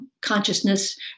consciousness